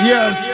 Yes